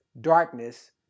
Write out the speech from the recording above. darkness